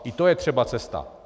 I to je třeba cesta.